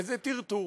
איזה טרטור.